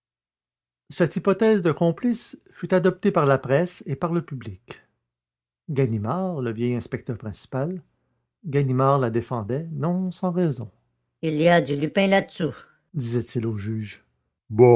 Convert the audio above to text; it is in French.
cette hypothèse d'un complice fut adoptée par la presse et par le public ganimard le vieil inspecteur principal ganimard la défendait non sans raison il y a du lupin là-dessous disait-il au juge